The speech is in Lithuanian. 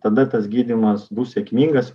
tada tas gydymas bus sėkmingas